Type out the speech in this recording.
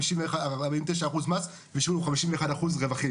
49% מס והשאירו לו 51% רווחים.